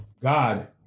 God